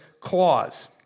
clause